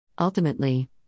Ultimately